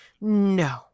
No